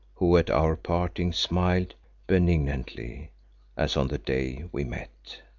who at our parting smiled benignantly as on the day we met.